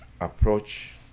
approach